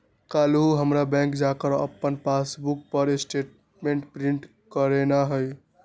काल्हू हमरा बैंक जा कऽ अप्पन पासबुक पर स्टेटमेंट प्रिंट करेनाइ हइ